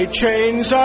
chains